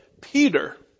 Peter